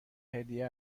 هدیه